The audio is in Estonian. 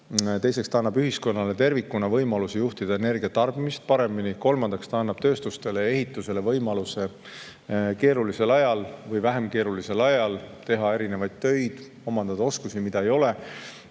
Teiseks annab see ühiskonnale tervikuna võimaluse juhtida energiatarbimist paremini. Kolmandaks annab see tööstustele ja ehitusele võimaluse keerulisel ajal või vähem keerulisel ajal teha erinevaid töid, omandada oskusi, mida ei ole.